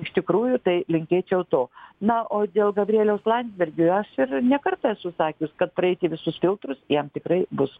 iš tikrųjų tai linkėčiau to na o dėl gabrieliaus landsbergio aš ir ne kartą esu sakius kad praeiti visus filtrus jiems tikrai bus